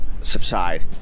subside